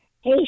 Hey